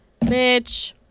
Bitch